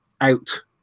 out